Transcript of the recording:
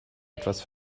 etwas